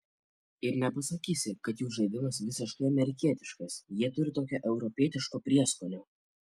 ir nepasakysi kad jų žaidimas visiškai amerikietiškas jie turi tokio europietiško prieskonio